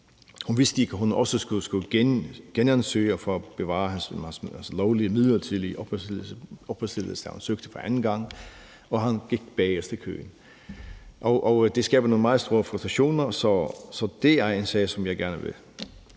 Hun vidste ikke, at hun også skulle skrive »genansøger« for at bevare hans lovlige midlertidige opholdstilladelse, da hun søgte for anden gang, og han gik bagerst i køen. Det skaber nogle meget store frustrationer, så det er en sag, som jeg gerne vil